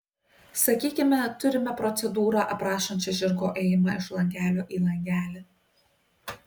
sakykime turime procedūrą aprašančią žirgo ėjimą iš langelio į langelį